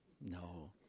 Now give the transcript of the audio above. No